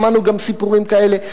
שמענו גם סיפורים כאלה.